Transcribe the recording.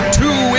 two